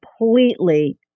completely